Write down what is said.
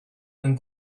and